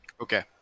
Okay